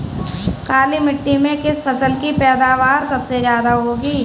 काली मिट्टी में किस फसल की पैदावार सबसे ज्यादा होगी?